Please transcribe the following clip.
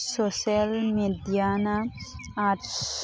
social ꯃꯦꯗꯤꯌꯥꯅ arts